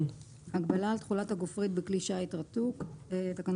"סימן ג': הגבלת תכולת הגופרית בכלי שיט רתוק הגבלה על תכולת